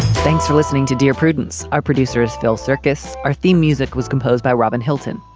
thanks for listening to dear prudence, our producers, phil circus. our theme music was composed by robin hilton.